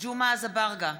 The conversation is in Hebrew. ג'מעה אזברגה,